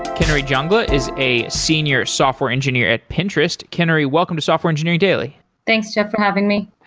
kinnary jangla is a senior software engineer at pinterest. kinnary, welcome to software engineering daily thanks, jeff, for having me.